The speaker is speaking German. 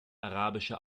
arabische